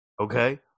Okay